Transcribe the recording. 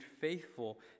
faithful